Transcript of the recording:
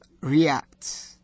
react